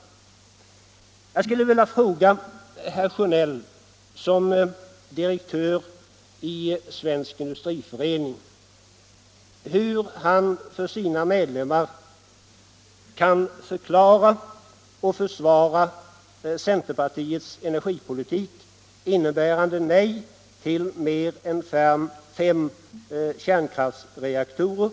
Jag skulle vilja fråga herr Sjönell som direktör i Svensk Industriförening hur han för sina medlemmar kan förklara och försvara centerpartiets energipolitik, innebärande nej till fler än fem kärnkraftsreaktorer.